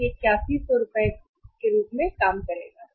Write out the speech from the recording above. तो यह 8100 के रूप में बाहर काम करेगा